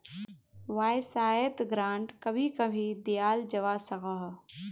वाय्सायेत ग्रांट कभी कभी दियाल जवा सकोह